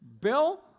Bill